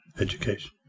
education